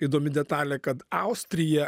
įdomi detalė kad austrija